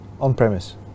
on-premise